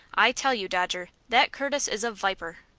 i tell you, dodger, that curtis is a viper.